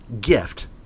gift